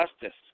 Justice